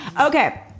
Okay